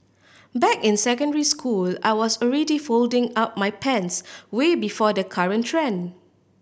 back in secondary school I was already folding up my pants way before the current trend